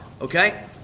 Okay